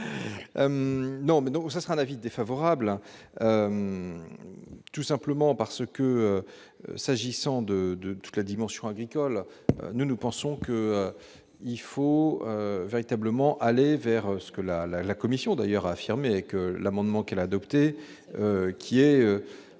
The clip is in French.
Non mais donc ça sera l'avis défavorable, tout simplement parce que, s'agissant de de toute la dimension agricole, nous, nous pensons qu'il faut véritablement aller vers ce que la la la, commission d'ailleurs affirmé que l'amendement quel adoptée, qui est,